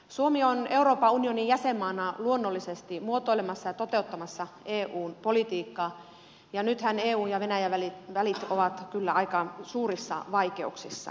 suomi on euroopan unionin jäsenmaana luonnollisesti muotoilemassa ja toteuttamassa eun politiikkaa ja nythän eun ja venäjän välit ovat kyllä aika suurissa vaikeuksissa